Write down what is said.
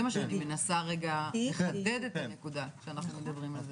זה מה שאני מנסה רגע לחדד את הנקודה שאנחנו מדברים על זה.